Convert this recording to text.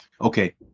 okay